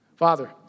Father